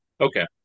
Okay